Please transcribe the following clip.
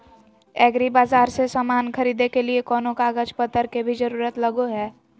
एग्रीबाजार से समान खरीदे के लिए कोनो कागज पतर के भी जरूरत लगो है?